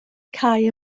cau